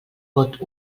vot